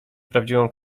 prawdziwą